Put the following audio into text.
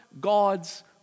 God's